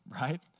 right